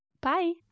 Bye